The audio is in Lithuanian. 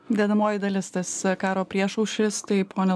dedamoji dalis tas karo priešaušris taip pone